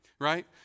Right